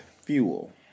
fuel